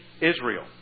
Israel